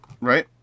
Right